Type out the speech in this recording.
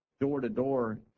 door-to-door